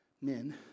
men